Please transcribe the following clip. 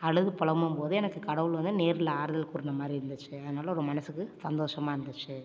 அழுது புலம்பும் போது எனக்கு கடவுள் வந்து நேரில் ஆறுதல் கூறுன மாதிரி இருந்துச்சு அதனால் ரொ மனசுக்கு சந்தோஷமாக இருந்துச்சு